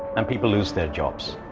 and people lose their jobs.